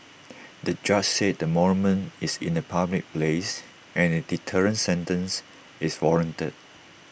the judge said the monument is in A public place and A deterrent sentence is warranted